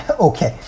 okay